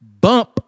bump